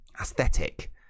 aesthetic